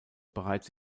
bereits